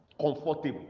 comfortable